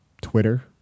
Twitter